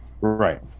Right